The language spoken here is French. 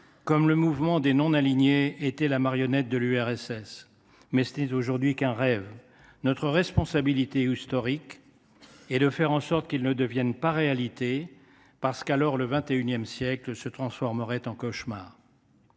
comme le mouvement des non alignés était la marionnette de l’URSS ; mais ce n’est aujourd’hui qu’un rêve. Notre responsabilité historique est de faire en sorte qu’il ne devienne pas réalité ; autrement, le XXI siècle se transformerait en cauchemar.